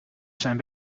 zijn